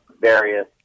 various